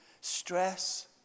stress